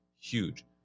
Huge